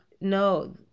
no